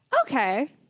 Okay